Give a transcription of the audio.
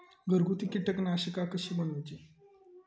घरगुती कीटकनाशका कशी बनवूची?